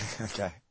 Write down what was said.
Okay